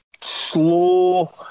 slow